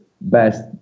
best